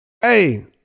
Hey